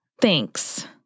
Thanks